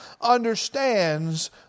understands